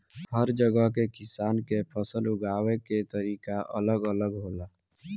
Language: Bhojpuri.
हर जगह के किसान के फसल उगावे के तरीका अलग अलग होला